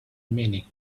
meaning